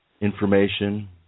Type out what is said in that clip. information